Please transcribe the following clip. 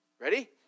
ready